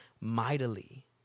mightily